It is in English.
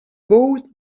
bought